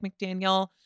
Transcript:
McDaniel